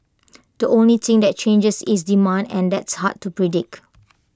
the only thing that changes is demand and that's hard to predict